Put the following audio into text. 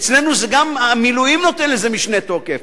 אצלנו גם המילואים נותנים לזה משנה תוקף,